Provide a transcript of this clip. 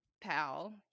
pal